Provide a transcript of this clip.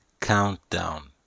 countdown